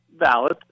Valid